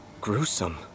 gruesome